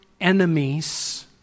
enemies